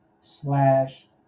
slash